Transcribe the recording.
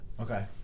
Okay